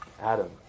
Adam